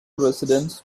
residents